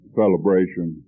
celebration